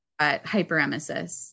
hyperemesis